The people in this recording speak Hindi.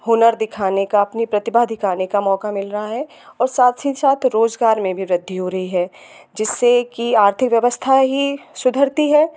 हुनर दिखाने का अपनी प्रतिभा दिखाने का मौका मिल रहा है और साथ ही साथ रोज़गार में भी वृद्धि हो रही है जिससे कि आर्थिक व्यवस्थाएँ ही सुधरती है